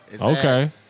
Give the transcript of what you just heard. Okay